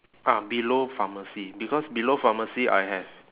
ah below pharmacy because below pharmacy I have